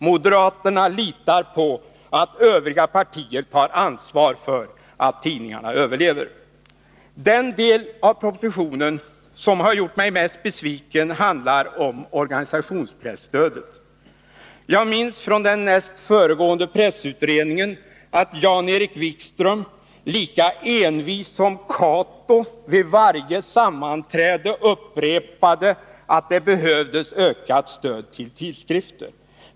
Moderaterna litar på att övriga partier tar ansvar för att tidningarna överlever. Den del av propositionen som har gjort mig mest besviken handlar om organisationspresstödet. Jag minns från den näst föregående pressutredningen att Jan-Erik Wikström lika envist som Cato vid varje sammanträde upprepade att det behövdes ökat stöd till tidskrifter.